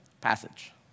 passage